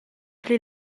pli